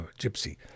gypsy